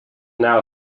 now